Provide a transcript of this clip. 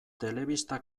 telebista